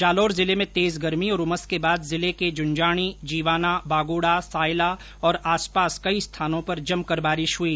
जालौर जिले में तेज गर्मी और उमस के बाद जिले को जुंजाणी जीवाना बागोड़ा सायला और आसपास कई स्थानों पर जमकर बारिश हुई